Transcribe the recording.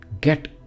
get